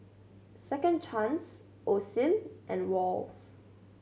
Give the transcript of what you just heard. Second Chance Osim and Wall's